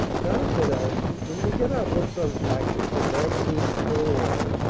now, said allison, when we get our books unpacked, and some magazines thrown around,